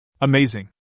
Amazing